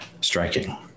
striking